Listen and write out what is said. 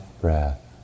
breath